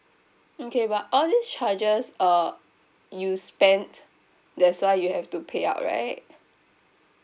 okay but all these charges uh you spent that's why you have to pay up right